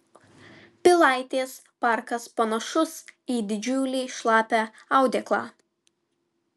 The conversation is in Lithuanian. pilaitės parkas panašus į didžiulį šlapią audeklą